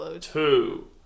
two